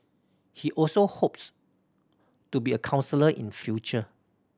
he also hopes to be a counsellor in future